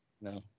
no